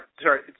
sorry